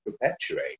perpetuate